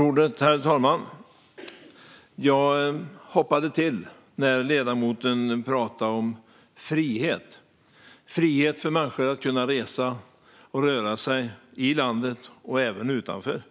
Herr talman! Jag hoppade till när ledamoten talade om frihet. Det handlar om frihet för människor att kunna resa och röra sig i landet och även utanför.